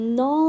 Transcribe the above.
no